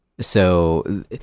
So-